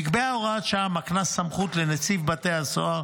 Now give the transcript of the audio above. נקבעה הוראת שעה המקנה סמכות לנציב בתי הסוהר,